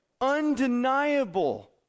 undeniable